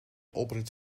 oprit